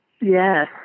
Yes